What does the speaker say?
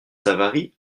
savary